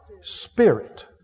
spirit